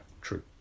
true